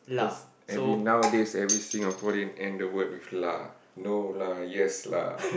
because every nowadays every Singaporean end the day with lah no lah yes lah